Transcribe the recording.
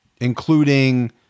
including